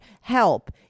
help